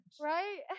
Right